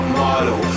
model